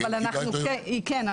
היא כן.